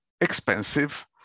expensive